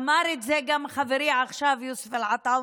אמר את זה עכשיו גם חברי יוסף עטאונה,